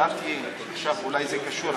שאלתי עכשיו, אולי זה קשור.